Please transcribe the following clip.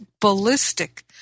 ballistic